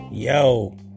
Yo